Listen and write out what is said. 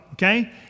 Okay